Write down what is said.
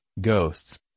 ghosts